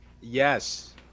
yes